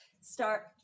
start